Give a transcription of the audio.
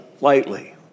lightly